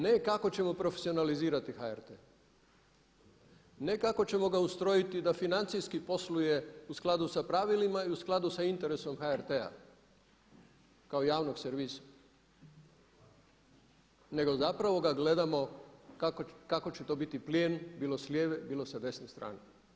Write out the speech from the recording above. Ne kako ćemo profesionalizirati HRT, ne kako ćemo ga ustrojiti da financijski posluje u skladu sa pravilima i u skladu sa interesom HRT-a kao javnog servisa nego zapravo ga gledamo kako će to biti plijen, bilo s lijeve, bilo s desne strane.